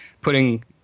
putting